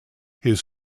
his